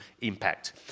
impact